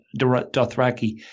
Dothraki